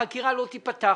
חקירה לא תיפתח